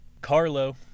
Carlo